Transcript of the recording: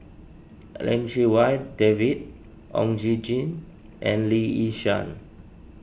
Lim Chee Wai David Oon Jin Gee and Lee Yi Shyan